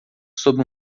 sobre